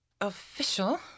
official